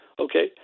Okay